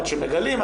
עד שמגלים,